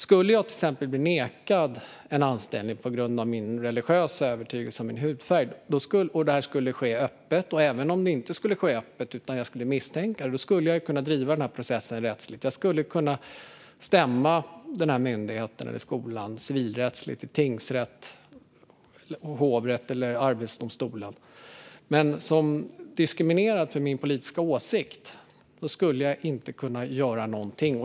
Skulle jag till exempel bli nekad en anställning på grund av min religiösa övertygelse eller min hudfärg - oavsett om det skedde öppet eller om jag bara misstänkte det - skulle jag kunna driva processen rättsligt. Jag skulle kunna stämma myndigheten eller skolan civilrättsligt i tingsrätt, hovrätt eller Arbetsdomstolen. Men som diskriminerad för min politiska åsikt skulle jag inte kunna göra någonting.